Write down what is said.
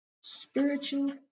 spiritual